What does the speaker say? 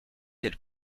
tels